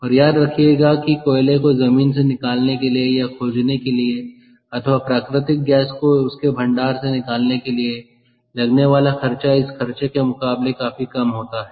और याद रखिएगा कि कोयले को जमीन से निकालने के लिए या खोजने के लिए अथवा प्राकृतिक गैस को उसके भंडार से निकालने के लिए लगने वाला खर्चा इस खर्चे के मुकाबले काफी कम होता है